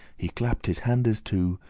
he clapp'd his handes two,